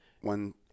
one